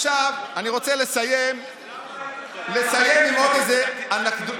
עכשיו אני רוצה לסיים עם עוד איזה, למה אתה,